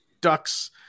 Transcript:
Ducks